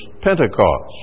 Pentecost